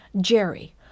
Jerry